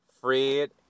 Fred